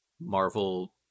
Marvel